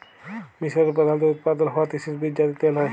মিসরে প্রধালত উৎপাদল হ্য়ওয়া তিসির বীজ যাতে তেল হ্যয়